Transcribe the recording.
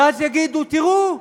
ואז יגידו: תראו,